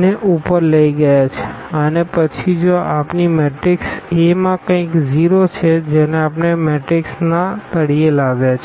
ને ઉપર લઈ ગયા છે અને પછી જો આપણી મેટ્રિક્સA માં કંઈક 0 છે જેને આપણે મેટ્રિક્સના આ તળિયે લાવ્યા છે